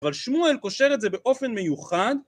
אבל שמואל קושר את זה באופן מיוחד.